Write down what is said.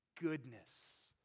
goodness